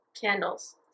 Candles